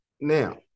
Now